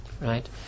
right